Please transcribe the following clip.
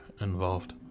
involved